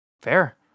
Fair